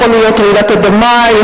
יכול להיות רעידת אדמה,